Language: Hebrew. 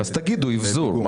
אז תגידו אבזור.